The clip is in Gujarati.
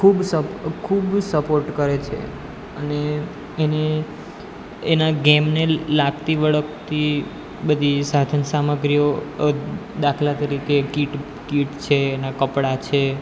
ખૂબ ખૂબ સપોર્ટ કરે છે અને એને એનાં ગેમને લાગતી વળગતી બધી સાધન સામગ્રીઓ દાખલા તરીકે કીટ કીટ છે એનાં કપડાં છે